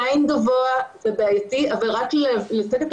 זה עדיין אחוז גבוה ובעייתי אבל רק לתת את